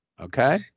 Okay